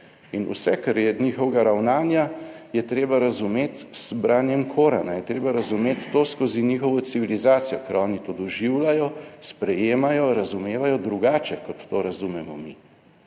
In vse, kar je njihovega ravnanja je treba razumeti z branjem korana, je treba razumeti to skozi njihovo civilizacijo, ker oni to doživljajo, sprejemajo, razumevajo drugače kot to razumemo mi.